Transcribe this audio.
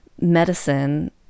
medicine